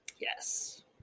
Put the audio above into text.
Yes